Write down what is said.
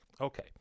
Okay